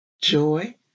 joy